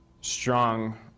strong